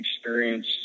experience